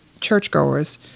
churchgoers